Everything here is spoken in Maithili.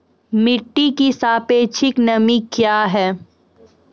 मिटी की सापेक्षिक नमी कया हैं?